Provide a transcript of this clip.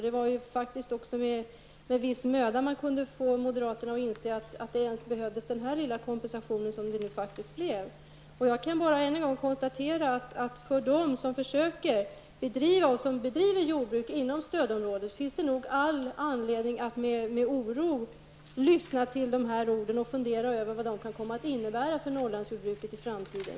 Det var också med viss möda man kunde få moderaterna att inse att det ens behövdes den lilla kompensation som det blev fråga om. Jag kan bara än en gång konstatera att för dem som försöker bedriva jordbruk inom stödområdet finns det all anledning att med oro lyssna till dessa ord och fundera över vad de kan komma att innebära för Norrlandsjordbruket i framtiden.